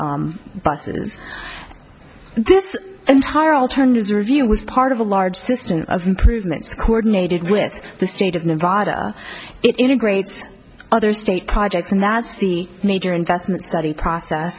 this entire alternatives review was part of a large distance of improvements coordinated with the state of nevada it integrates other state projects and that's the major investment study process